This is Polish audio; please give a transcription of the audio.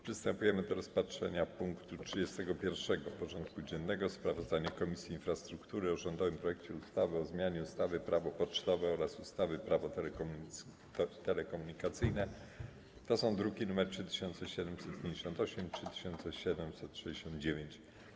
Przystępujemy do rozpatrzenia punktu 31. porządku dziennego: Sprawozdanie Komisji Infrastruktury o rządowym projekcie ustawy o zmianie ustawy Prawo pocztowe oraz ustawy Prawo telekomunikacyjne (druki nr 3758 i 3769)